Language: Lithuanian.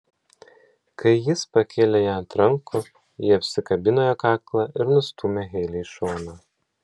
kai jis pakėlė ją ant rankų ji apsikabino jo kaklą ir nustūmė heilę į šoną